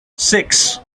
six